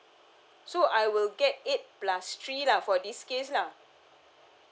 so I will get it plus three lah for this case lah